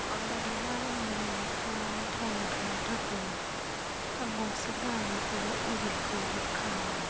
आं दाख्लैहाय आंनि न'निफ्राय थावनाव थांनो थाखाय आं गंसे गारि एबा उबेरखौ बुक खालामो